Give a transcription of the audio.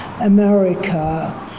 America